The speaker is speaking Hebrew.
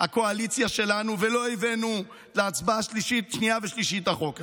הקואליציה שלנו ולא הבאנו להצבעה שנייה ושלישית את החוק הזה.